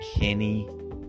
Kenny